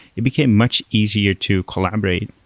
it became much easier to collaborate.